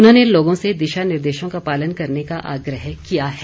उन्होंने लोगों से दिशा निर्देशों का पालन करने का आग्रह किया है